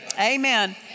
Amen